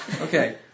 Okay